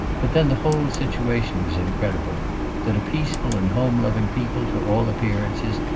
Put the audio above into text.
but then the whole situation was incredible that a peaceful and home-loving people, to all appearances,